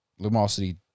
Lumosity